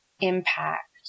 impact